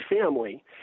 family